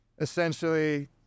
essentially